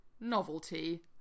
novelty